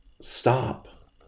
stop